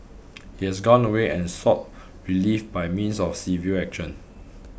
he has gone away and sought relief by means of civil action